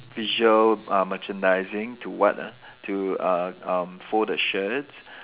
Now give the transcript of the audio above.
visual uh merchandising to what ah to uh um fold the shirts